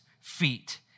feet